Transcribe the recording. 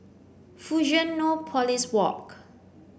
Fusionopolis Walk